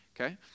Okay